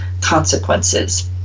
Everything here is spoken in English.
consequences